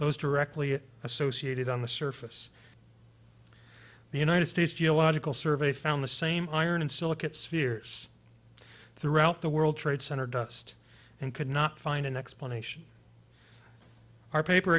those directly associated on the surface the united states geological survey found the same iron and silicates fears throughout the world trade center dust and could not find an explanation our paper